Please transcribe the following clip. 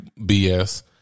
BS